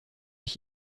ich